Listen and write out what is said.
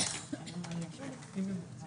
אותן רשויות במגזר הערבי מבחינת החיסונים של בני הנוער?